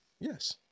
yes